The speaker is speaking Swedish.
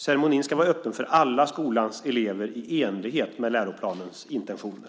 Ceremonin ska vara öppen för alla skolans elever i enlighet med läroplanens intentioner.